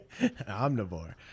Omnivore